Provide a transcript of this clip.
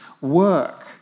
work